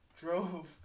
drove